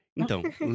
Então